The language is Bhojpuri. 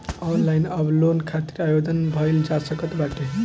ऑनलाइन अब लोन खातिर आवेदन कईल जा सकत बाटे